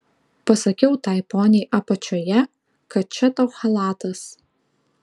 pasakiau tai poniai apačioje kad čia tau chalatas